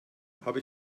habe